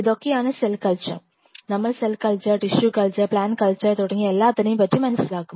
ഇതൊക്കെയാണ് cell culture നമ്മൾ cell culture tissue culture plant culture തുടങ്ങിയ എല്ലാത്തിനെയും പറ്റി മനസ്സിലാക്കും